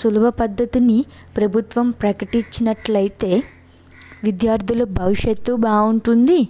సులభ పద్ధతిని ప్రభుత్వం ప్రకటించినట్టు అయితే విద్యార్థుల భవిష్యత్తు బాగుంటుంది